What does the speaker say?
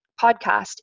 podcast